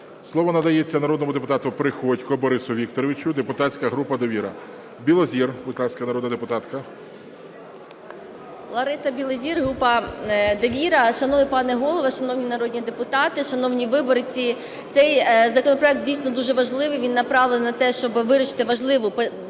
Слово надається народному депутату Приходьку Борису Вікторовичу, депутатська група "Довіра". Білозір, будь ласка, народна депутатка. 13:17:51 БІЛОЗІР Л.М. Лариса Білозір, група "Довіра". Шановний пане Голово, шановні народні депутати, шановні виборці! Цей законопроект дійсно дуже важливий, він направлений на те, щоб вирішити важливу проблему